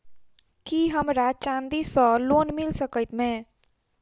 की हमरा चांदी सअ लोन मिल सकैत मे?